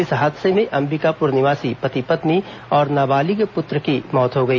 इस हादसे में अंबिकापुर निवासी पति पत्नी और नाबालिग पुत्र की मौत हो गई